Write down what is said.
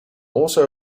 also